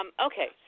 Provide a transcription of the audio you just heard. Okay